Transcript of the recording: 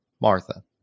Martha